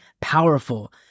powerful